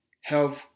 health